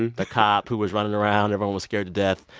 and ah cop who was running around. everyone was scared to death.